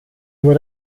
nur